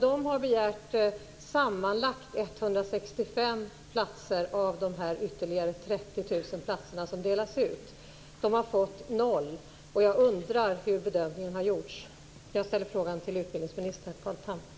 De har begärt sammanlagt 165 platser av dessa ytterligare 30 000 platser som delas ut. De har inte fått någon. Jag undrar hur bedömningen har gjorts. Jag ställer frågan till utbildningsminister Carl Tham.